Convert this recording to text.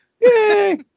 Yay